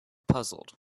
puzzled